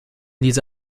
diese